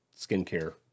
skincare